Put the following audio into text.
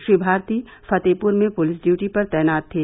श्री भारती फतेहपुर में police duty पर तैनात थे